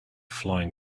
flying